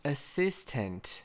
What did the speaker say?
Assistant